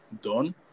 done